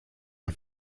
man